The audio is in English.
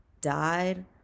died